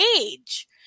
age